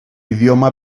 idioma